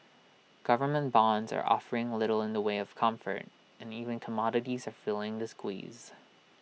government bonds are offering little in the way of comfort and even commodities are feeling the squeeze